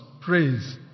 praise